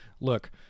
look